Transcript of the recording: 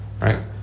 right